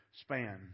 span